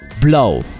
Blow